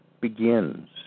begins